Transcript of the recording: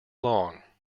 along